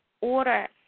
order